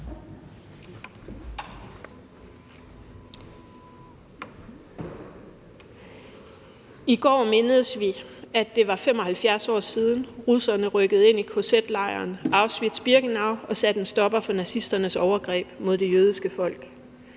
I går mindedes vi, at det var 75 år siden, russerne rykkede ind i kz-lejren Auschwitz-Birkenau og satte en stopper for nazisternes overgreb mod det jødiske folk.